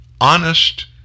honest